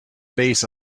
base